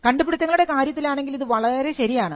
കണ്ടുപിടുത്തങ്ങളുടെ കാര്യത്തിലാണെങ്കിൽ ഇത് വളരെ ശരിയാണ്